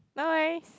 no worries